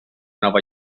nova